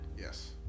Yes